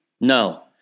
No